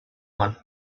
one